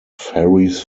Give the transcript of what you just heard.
ferries